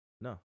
No